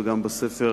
וגם בספר